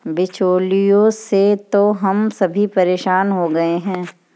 बिचौलियों से तो हम सभी परेशान हो गए हैं